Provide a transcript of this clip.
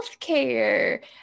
healthcare